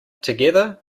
together